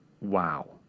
wow